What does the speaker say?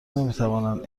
نمیتوانند